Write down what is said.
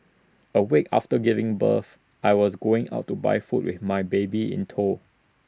A week after giving birth I was going out to buy food with my baby in tow